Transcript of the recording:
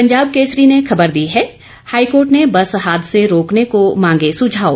पंजाब केसरी ने खबर दी है हाईकोर्ट ने बस हादसे रोकने को मांगे सुझाव